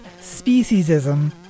speciesism